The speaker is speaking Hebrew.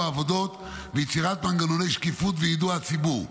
העבודות ועל יצירת מנגנוני שקיפות ויידוע הציבור.